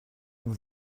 mon